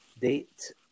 date